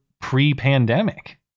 pre-pandemic